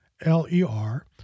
L-E-R